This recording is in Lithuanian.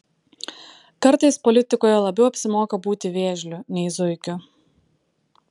kartais politikoje labiau apsimoka būti vėžliu nei zuikiu